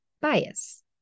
bias